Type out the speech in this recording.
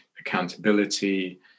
accountability